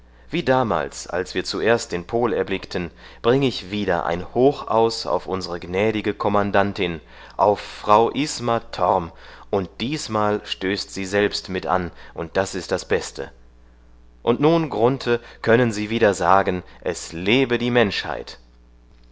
wie damals als wir zuerst den pol erblickten bring ich wieder ein hoch aus auf unsre gnädige kommandantin auf frau isma torm und diesmal stößt sie selbst mit an und das ist das beste und nun grunthe können sie wieder sagen es lebe die menschheit